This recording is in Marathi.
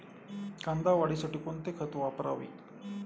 कांदा वाढीसाठी कोणते खत वापरावे?